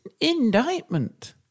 Indictment